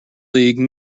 league